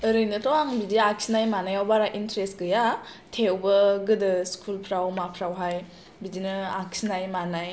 ओरैनोथ' आं बिदि आखिनाय मानायाव बारा इनट्रेस गैया थेवबो गोदो स्कुलफ्राव माफ्रावहाय बिदिनो आखिनाय मानाय